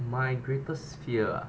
my greatest fear ah